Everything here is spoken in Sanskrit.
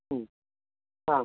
आम्